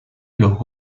los